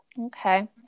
Okay